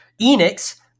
Enix